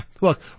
look